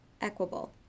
equable